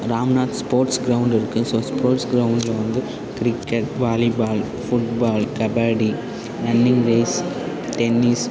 Ramnath sports ground இருக்குது so sports கிரவுண்ட்டில் வந்து cricket volleyball football kabaddi running race tennis